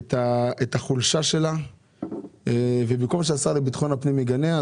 את החולשה שלה ובמקום שהשר לביטחון הפנים יגנה,